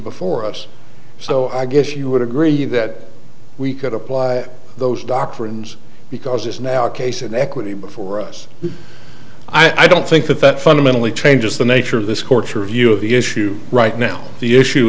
before us so i guess you would agree that we could apply those doctrines because it's now a case in equity before us i don't think that that fundamentally changes the nature of this courtroom view of the issue right now the issue